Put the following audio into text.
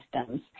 systems